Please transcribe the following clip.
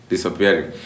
Disappearing